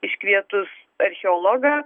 iškvietus archeologą